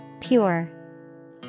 Pure